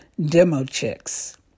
DemoChicks